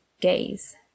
gaze